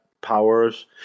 powers